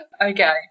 okay